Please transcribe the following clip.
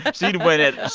she'd win it. ah